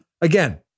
again